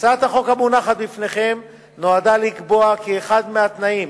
הצעת החוק המונחת בפניכם נועדה לקבוע כי אחד מהתנאים